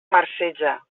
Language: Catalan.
marceja